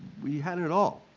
we had it all!